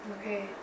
Okay